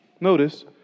Notice